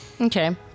Okay